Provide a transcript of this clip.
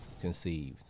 conceived